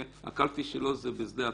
והקלפי שלו זה בשדה התעופה,